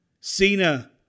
Cena